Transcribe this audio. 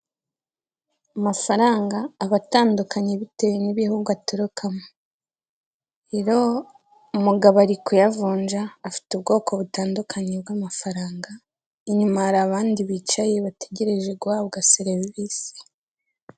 Amafaranga aba atandukanye bitewe n'ibihugu aturukamo rero umugabo ari kuyavunja afite ubwoko butandukanye bw'amafaranga, inyuma hari abandi bicaye bategereje guhabwa serivisi.